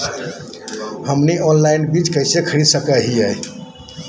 हमनी ऑनलाइन बीज कइसे खरीद सको हीयइ?